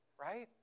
Right